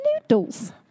noodles